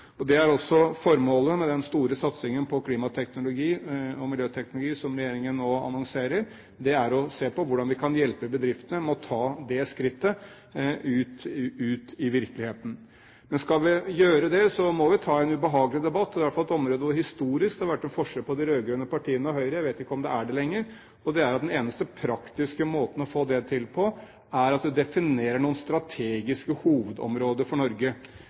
Formålet med den store satsingen på klimateknologi og miljøteknologi som regjeringen nå annonserer, er å se på hvordan vi kan hjelpe bedriftene med å ta det skrittet ut i virkeligheten. Men skal vi gjøre det, må vi ta en ubehagelig debatt – og det er et område hvor det i hvert fall historisk har vært en forskjell på de rød-grønne partiene og Høyre, jeg vet ikke om det er det lenger – der den eneste praktiske måten å få det til på, er at man definerer noen strategiske hovedområder for Norge.